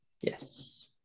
Yes